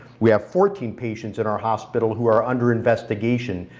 we have fourteen patients in our hospital who are under investigation.